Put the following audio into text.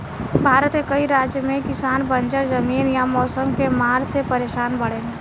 भारत के कई राज के किसान बंजर जमीन या मौसम के मार से परेसान बाड़ेन